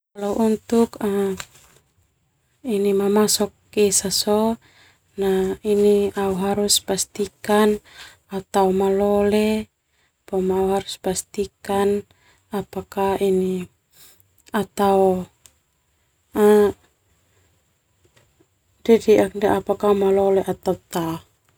Kalau untuk mamasok esa sona ini au harus pastikan au tao malole boma au harus pastikan apakah ini au tao dedeak ndia malole do ta.